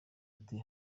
ati